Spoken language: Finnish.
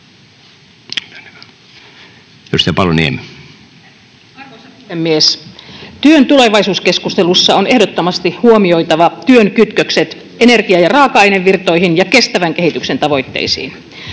Työn tulevaisuuskeskustelussa on ehdottomasti huomioitava työn kytkökset energia- ja raaka-ainevirtoihin ja kestävän kehityksen tavoitteisiin.